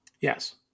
Yes